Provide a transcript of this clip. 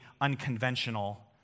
unconventional